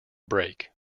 break